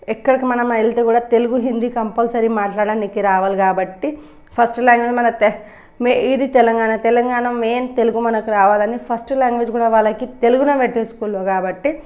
ఎక్కడికి మనం వెళితే కూడా తెలుగు హిందీ కంపల్సరీ మాట్లాడానికి రావాలి కాబట్టి ఫస్ట్ లాంగ్వేజ్ మన తె ఇది తెలంగాణ తెలుగు మెయిన్ మనకు రావాలని ఫస్ట్ లాంగ్వేజ్ కూడా వాళ్ళకి తెలుగు పెట్టేసుకున్నారు కాబట్టి